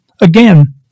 again